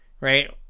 right